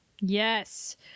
Yes